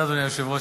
אדוני היושב-ראש,